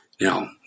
Now